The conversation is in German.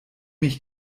ich